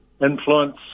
influence